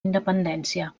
independència